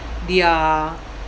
their